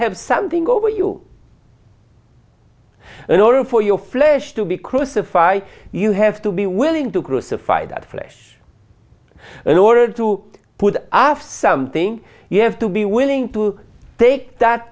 have something over you in order for your flesh to be crucified you have to be willing to crucify that flesh in order to put after something you have to be willing to take that